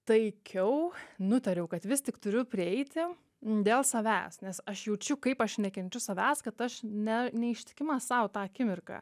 taikiau nutariau kad vis tik turiu prieiti dėl savęs nes aš jaučiu kaip aš nekenčiu savęs kad aš ne neištikima sau tą akimirką